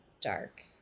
dark